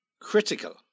Critical